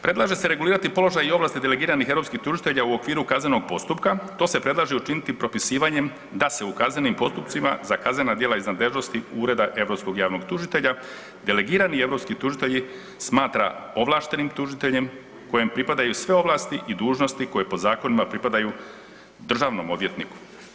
Predlaže se regulirati položaj i ovlasti delegiranih europskih tužitelja u okviru kaznenog postupka, to se predlaže učiniti propisivanjem da se u kaznenim postupcima za kaznena djela iz nadležnosti u Ureda europskog javnog tužitelja delegirani europski tužitelji smatra ovlaštenim tužiteljem kojem pripadaju sve ovlasti i dužnosti koje po zakonima pripadaju državnom odvjetniku.